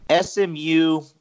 SMU